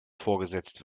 vorgesetzt